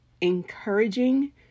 encouraging